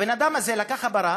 הבן-אדם הזה לקח את הפרה,